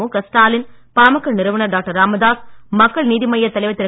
முக ஸ்டாலின் பாமக நிறுவனர் டாக்டர் ராமதாஸ் மக்கள் நீதி மய்யத் தலைவர் திரு